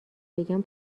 بگم